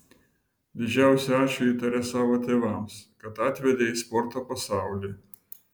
didžiausią ačiū ji taria savo tėvams kad atvedė į sporto pasaulį